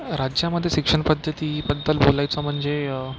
राज्यामध्ये शिक्षणपद्धतीबद्दल बोलायचं म्हणजे